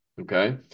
Okay